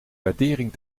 waardering